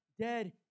dead